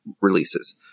releases